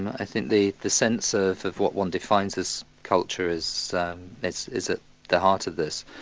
i think the the sense of of what one defines as culture is is is at the heart of this.